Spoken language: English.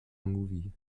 movie